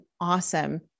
awesome